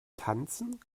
tanzen